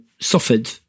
suffered